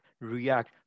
react